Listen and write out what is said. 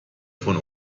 von